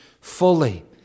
fully